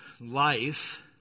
Life